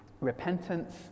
Repentance